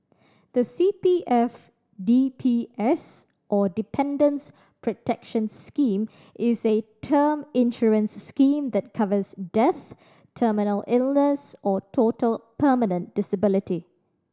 the C P F D P S or Dependants' Protection Scheme is a term insurance scheme that covers death terminal illness or total permanent disability